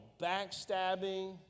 backstabbing